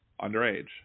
underage